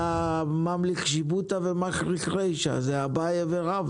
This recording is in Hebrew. שהבטיחו, הפריסה היא פריסה